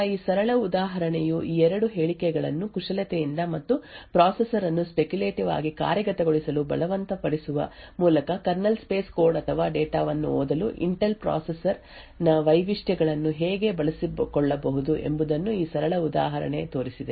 ಆದ್ದರಿಂದ ಈ ಸರಳ ಉದಾಹರಣೆಯು ಈ ಎರಡು ಹೇಳಿಕೆಗಳನ್ನು ಕುಶಲತೆಯಿಂದ ಮತ್ತು ಪ್ರೊಸೆಸರ್ ಅನ್ನು ಸ್ಪೆಕ್ಯುಲೆಟಿವ್ಲಿ ಕಾರ್ಯಗತಗೊಳಿಸಲು ಬಲವಂತಪಡಿಸುವ ಮೂಲಕ ಕರ್ನಲ್ ಸ್ಪೇಸ್ ಕೋಡ್ ಅಥವಾ ಡೇಟಾ ವನ್ನು ಓದಲು ಇಂಟೆಲ್ ಪ್ರೊಸೆಸರ್ ನ ವೈಶಿಷ್ಟ್ಯಗಳನ್ನು ಹೇಗೆ ಬಳಸಿಕೊಳ್ಳಬಹುದು ಎಂಬುದನ್ನು ಈ ಸರಳ ಉದಾಹರಣೆ ತೋರಿಸಿದೆ